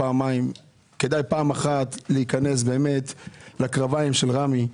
כדאי פעם אחת להיכנס לקרביים של רמ"י.